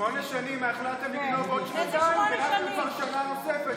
שמונה שנים, שמונה שנים?